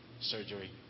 surgery